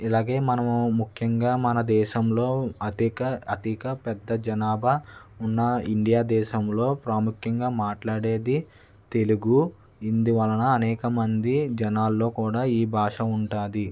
ఇలాగే మనము ముఖ్యంగా మన దేశంలో అధిక అధిక పెద్ద జనాభా ఉన్న ఇండియా దేశంలో ప్రాముఖ్యంగా మాట్లాడేది తెలుగు అందు వలన అనేక మంది జనాల్లో కూడా ఈ భాష ఉంటుంది